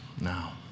now